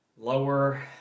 lower